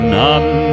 none